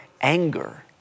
anger